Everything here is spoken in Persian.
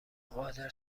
قادر